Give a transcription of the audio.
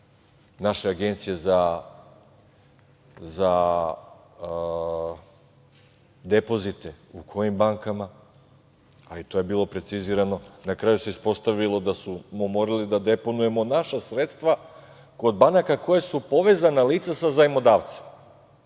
naše Agencije za depozite, u kojim bankama, ali to je bilo precizirano. Na kraju se ispostavilo da smo morali da deponujemo naša sredstva kod banaka koje su povezana lica sa zajmodavcem,